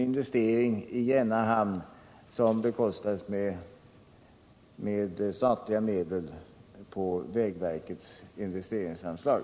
Investeringen i Gränna hamn har bekostats med statliga medel från vägverkets investeringsanslag.